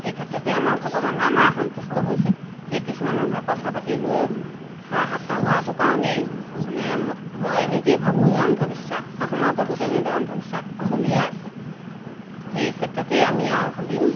সেই ক্ষেত্ৰতে আমাৰ ভগৱান আমাৰ সন্তুষ্ট হৈছে সেই কিছুমান মানুহে পইচা পাতি লৈ সেৱা সৎকাৰ কৰাটোৰ কাৰণেই মানে মই নিজেই ভাবোঁ যে অন্ধবিশ্বাস সমাজতো তেনেদৰে অন্ধবিশ্বাস চলিয়ে আছে সেই ক্ষেত্ৰতে আমি আৰু ভাবিম